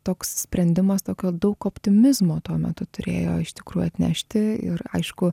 toks sprendimas tokio daug optimizmo tuo metu turėjo iš tikrųjų atnešti ir aišku